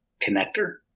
connector